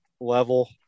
level